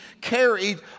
carried